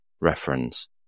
reference